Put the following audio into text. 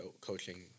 coaching